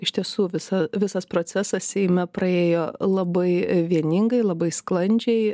iš tiesų visa visas procesas seime praėjo labai vieningai labai sklandžiai